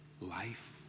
life